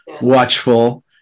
watchful